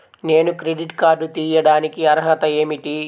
నేను credit card తీయడానికి అర్హత ఏమిటి?